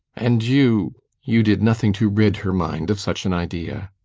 and you you did nothing to rid her mind of such an idea?